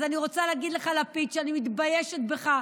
אז אני רוצה להגיד לך, לפיד, שאני מתביישת בך,